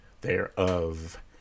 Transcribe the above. thereof